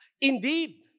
Indeed